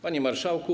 Panie Marszałku!